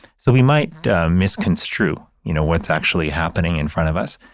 so we might misconstrue, you know, what's actually happening in front of us.